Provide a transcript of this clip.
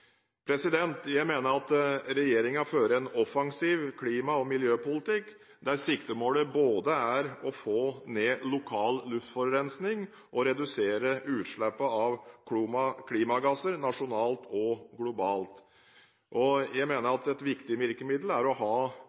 Jeg mener at regjeringen fører en offensiv klima- og miljøpolitikk, der siktemålet både er å få ned lokal luftforurensning og å redusere utslippene av klimagasser nasjonalt og globalt. Et viktig virkemiddel er å ha